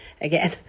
again